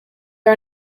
are